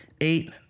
Eight